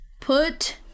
Put